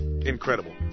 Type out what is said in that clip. incredible